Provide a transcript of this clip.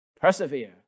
persevere